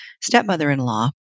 stepmother-in-law